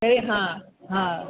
ऐं हा हा